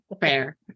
Fair